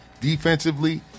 defensively